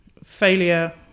failure